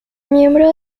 miembro